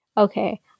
Okay